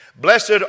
Blessed